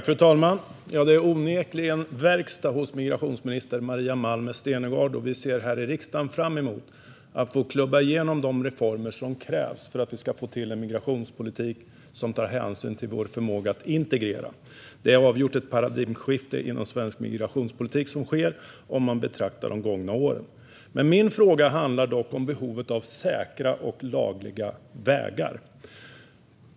Fru talman! Det är onekligen verkstad hos migrationsminister Maria Malmer Stenergard! Här i riksdagen ser vi fram emot att få klubba igenom de reformer som krävs för att få till en migrationspolitik som tar hänsyn till samhällets förmåga att integrera. Det är avgjort ett paradigmskifte inom svensk migrationspolitik som sker, om man betraktar de gångna åren. Min fråga handlar dock om behovet av säkra och lagliga vägar.